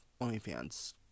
OnlyFans